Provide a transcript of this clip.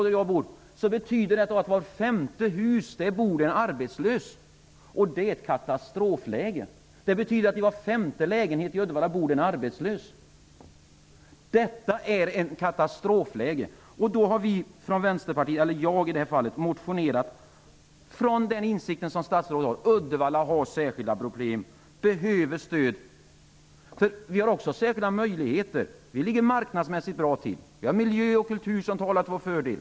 Det betyder att det bor en arbetslös i vart femte hus i mitt villaområde och i var femte lägenhet i Uddevalla. Detta är ett katastrofläge. Jag har motionerat utifrån den insikt som statsrådet har om att Uddevalla har särskilda problem och behöver stöd. Uddevalla har även särskilda möjligheter. Uddevalla ligger marknadsmässigt bra till. Där finns en miljö och en kultur som talar till regionens fördel.